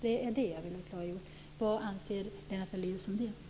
Det är det som jag vill ha klargjort.